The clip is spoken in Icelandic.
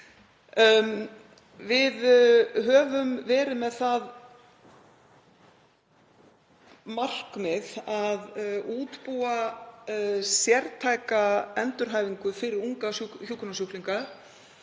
Við höfum verið með það markmið að útbúa sértæka endurhæfingu fyrir unga hjúkrunarsjúklinga.